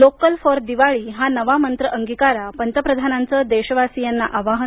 local for Diwali हा नवा मंत्र अंगीकारा पंतप्रधानांचं देशवासियांना आवाहन